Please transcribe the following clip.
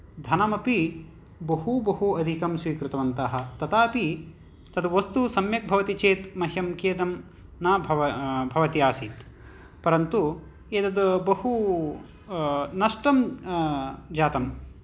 धनमपि बहु बहु अधिकं स्वीकृतवन्तः तथापि तद् वस्तु सम्यक् भवति चेद् मह्यं खेदं न भवति आसीत् परन्तु एतद् बहु नष्टं जातं